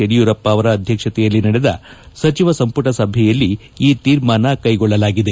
ಯಡಿಯೂರಪ್ಪ ಅವರ ಅಧ್ಯಕ್ಷತೆಯಲ್ಲಿ ನಡೆದ ಸಚಿವ ಸಂಪುಟ ಸಭೆಯಲ್ಲಿ ಈ ತೀರ್ಮಾನ ಕೈಗೊಳ್ಳಲಾಗಿದೆ